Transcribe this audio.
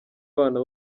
abana